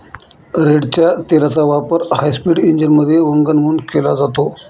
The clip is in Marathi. रेडच्या तेलाचा वापर हायस्पीड इंजिनमध्ये वंगण म्हणून केला जातो